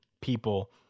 people